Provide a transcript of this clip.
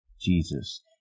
Jesus